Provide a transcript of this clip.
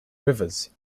rivers